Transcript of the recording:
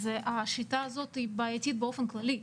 אז השיטה הזאת היא בעייתית באופן כללי,